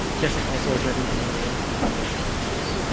jessup also has written and illustrated three children's books.